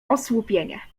osłupienie